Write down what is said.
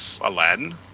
Aladdin